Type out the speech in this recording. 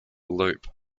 loop